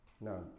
No